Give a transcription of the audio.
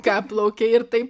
ką plaukei ir taip